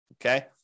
Okay